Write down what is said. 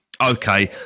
okay